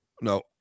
No